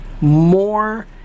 more